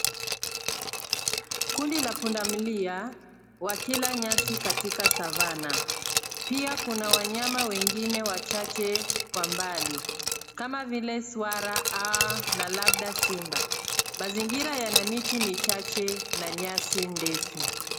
Kundi la punda milia, wakila nyasi katika savana. Pia kuna wanyama wengine wachache kwa mbali, kama vile swara na labda simba. Mazingira yana miti michache na nyasi ndefu.